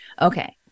Okay